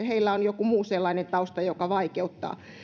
heillä on joku muu sellainen tausta joka vaikeuttaa